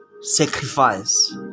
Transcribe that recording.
sacrifice